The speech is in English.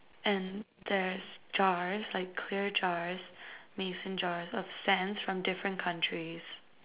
and there's jars like clear jars mason jars of sands from different countries